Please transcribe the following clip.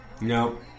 nope